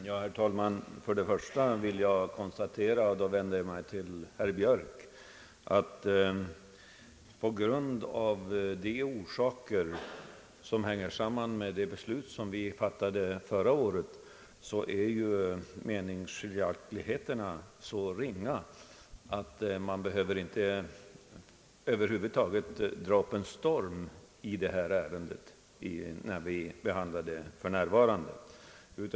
Herr talman! Först vill jag konstatera — och då vänder jag mig till herr Björk — att av de orsaker som hänger samman med det beslut vi fattade förra året är meningsskiljaktigheterna så ringa att man över huvud taget inte behöver dra upp en storm när vi nu behandlar detta ärende.